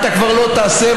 אתה כבר לא תעשה,